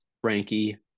Frankie